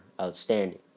outstanding